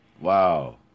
Wow